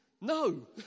No